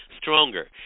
Stronger